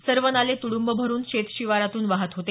सर्व नाले तुडुंब भरुन शेतशिवारातून वाहत होते